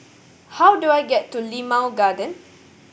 how do I get to Limau Garden